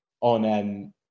on